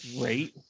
great